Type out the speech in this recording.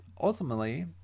Ultimately